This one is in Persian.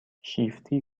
شیفتی